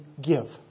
give